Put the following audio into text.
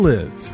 Live